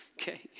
okay